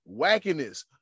wackiness